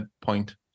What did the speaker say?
point